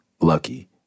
Lucky